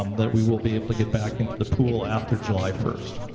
um that we will be able to get back into the pool after july first.